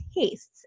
tastes